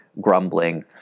grumbling